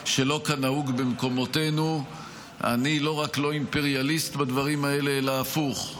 שלא כנהוג במקומותינו אני לא רק לא אימפריאליסט בדברים האלה אלא הפוך.